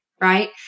right